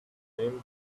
name